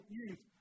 youth